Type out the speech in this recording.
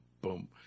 boom